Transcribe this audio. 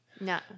No